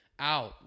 out